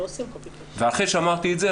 ואחרי שאמרתי את זה,